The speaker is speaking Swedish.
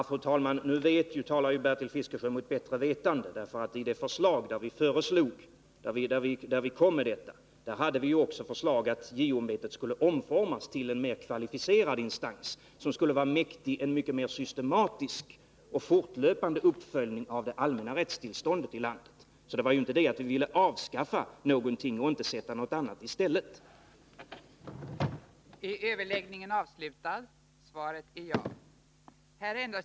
Fru talman! Nu talar Bertil Fiskesjö mot bättre vetande. Vårt förslag innebar också att JO-ämbetet skulle omformas till en mer kvalificerad instans, som skulle vara mäktig en mycket mer systematisk och fortlöpande uppföljning av det allmänna rättstillståndet i landet. Det var alltså inte fråga om att vi ville avskaffa någonting som inte samtidigt skulle ersättas med något annat.